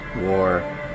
war